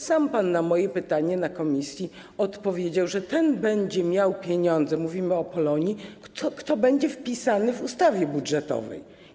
Sam pan na moje pytanie na posiedzeniu komisji odpowiedział, że ten będzie miał pieniądze, mówimy o Polonii, kto będzie wpisany do ustawy budżetowej.